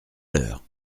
l’heure